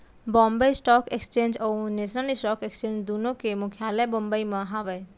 Bombay stock exchange और national stock exchange दुनो के मुख्यालय बंबई म हावय